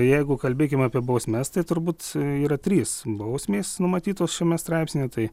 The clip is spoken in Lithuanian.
jeigu kalbėkime apie bausmes tai turbūt yra trys bausmės numatytos šiame straipsnyje tai